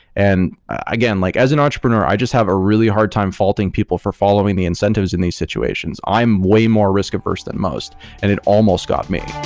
and again, like as an entrepreneur, i just have a really hard time faulting people for following the incentives in these situations. i am way more risk-adverse than most and it almost got me.